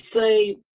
say